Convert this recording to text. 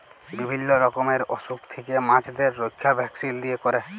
বিভিল্য রকমের অসুখ থেক্যে মাছদের রক্ষা ভ্যাকসিল দিয়ে ক্যরে